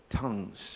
tongues